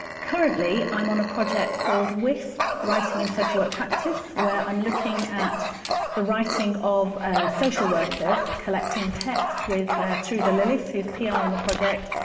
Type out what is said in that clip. currently i'm on a project called with wisp, writing in social work practise, where i'm looking at the writing of social workers, collecting the text with theresa lillis, who's pi on the project.